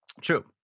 true